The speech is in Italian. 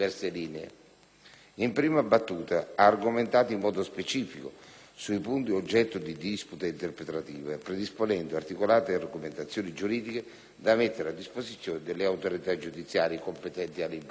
In prima battuta, ha argomentato in modo specifico sui punti oggetto di disputa interpretativa, predisponendo articolate argomentazioni giuridiche da mettere a disposizione delle autorità giudiziarie competenti alle impugnazioni.